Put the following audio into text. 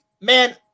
man